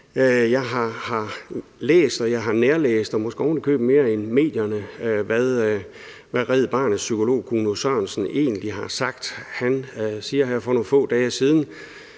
Jeg har læst, og jeg har nærlæst og måske oven i købet mere end medierne, hvad Red Barnets psykolog Kuno Sørensen egentlig har sagt. Han sagde her for nogle få dage siden: